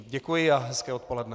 Děkuji a hezké odpoledne.